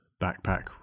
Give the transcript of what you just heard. backpack